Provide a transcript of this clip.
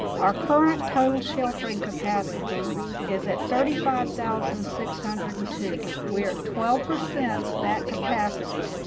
our current total shelter and capacity is at thirty five thousand six hundred and two. we are at twelve percent of that capacity,